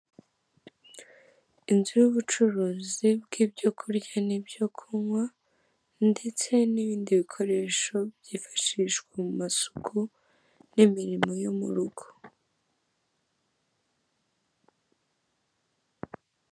Inzu y'ubucuruzi bwibyokurya nibyo kunkwa, ndetse nibindi bikoresho byifashishwa mumasuku nimirimo yo murugo.